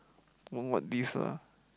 want what this ah